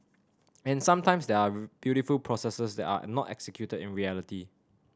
and sometimes there are beautiful processes that are not executed in reality